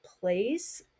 place